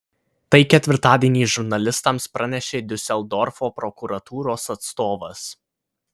tai ketvirtadienį žurnalistams pranešė diuseldorfo prokuratūros atstovas